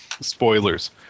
spoilers